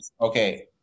Okay